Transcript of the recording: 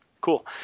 Cool